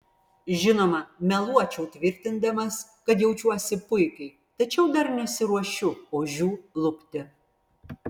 žinoma meluočiau tvirtindamas kad jaučiuosi puikiai tačiau dar nesiruošiu ožių lupti